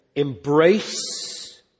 embrace